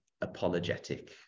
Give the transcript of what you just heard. apologetic